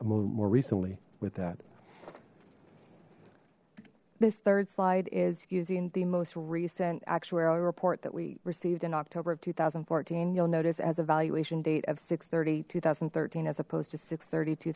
more recently with that this third slide is using the most recent actuarial report that we received in october of two thousand and fourteen you'll notice as a valuation date of six thirty two thousand and thirteen as opposed to six thirty two